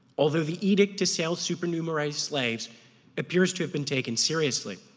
although the edict to sell supernumerary slaves appears to have been taken seriously.